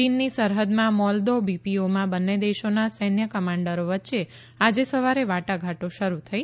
ચીનની સરહદમાં મોલદો બીપીઓમાં બંને દેશોના સૈન્ય કમાન્ડરો વચ્ચે આજે સવારે વાટાધાટો શરૂ થઇ